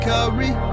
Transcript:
Curry